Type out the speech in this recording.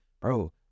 Bro